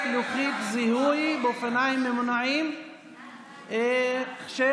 לוחית זיהוי באופניים ממונעים ובקורקינט ממונע),